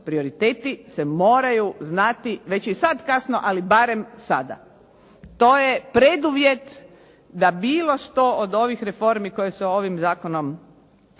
Prioriteti se moraju znati. Već je sada kasno, ali barem sada. To je preduvjet da bilo što od ovih reformi koji se ovim zakonom